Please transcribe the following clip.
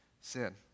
sin